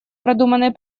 продуманной